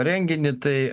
renginį tai